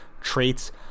traits